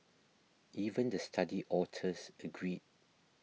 even the study authors agreed